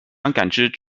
感知